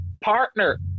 partner